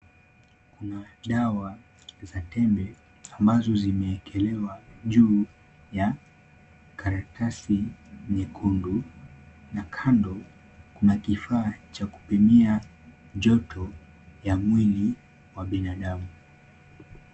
Kuna dawa za tembe ambazo zimeekelewa juu ya karatasi nyekundu na kando kuna kifaa cha kupimia joto ya mwili wa binadamu.